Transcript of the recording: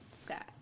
Scott